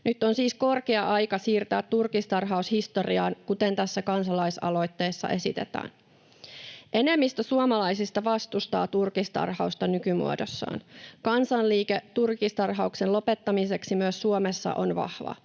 Nyt on siis korkea aika siirtää turkistarhaus historiaan, kuten tässä kansalaisaloitteessa esitetään. Enemmistö suomalaisista vastustaa turkistarhausta nykymuodossaan. Kansanliike turkistarhauksen lopettamiseksi myös Suomessa on vahva.